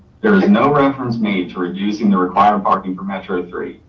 there is no reference made to read using the require parking for metro three,